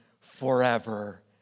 forever